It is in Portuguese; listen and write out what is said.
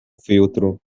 filtro